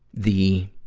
the,